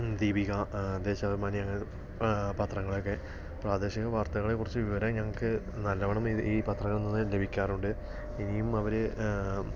ദീപിക ദേശാഭിമാനി അങ്ങനത്തെ പത്രങ്ങളൊക്കെ പ്രാദേശിക വാർത്തകളെക്കുറിച്ച് വിവരം ഞങ്ങൾക്ക് നല്ലവണം ഇത് ഈ പത്രങ്ങളിൽ നിന്ന് ലഭിക്കാറുണ്ട് ഇനിയും അവര്